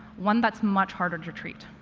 one that's much harder to treat.